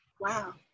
Wow